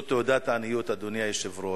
זו תעודת עניות, אדוני היושב-ראש,